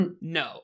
No